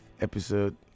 episode